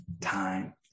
time